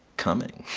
coming